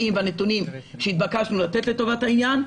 והנתונים שהתבקשנו לתת לטובת העניין.